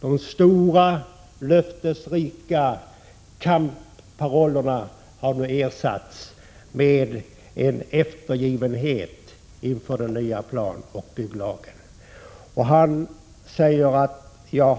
De stora löftesrika kampparollerna har nu ersatts med en uppgivenhet inför den nya planoch Prot. 1986/87:36 bygglagen.